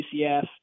UCF